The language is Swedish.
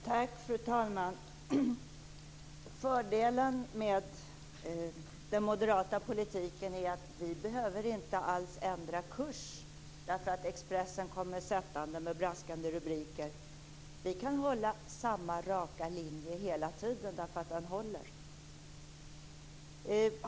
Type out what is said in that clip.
Fru talman! Fördelen med den moderata politiken är att vi moderater inte behöver ändra kurs bara för att Expressen kommer sättande med braskande rubriker. Vi kan hålla samma raka linje hela tiden därför att den håller.